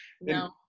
No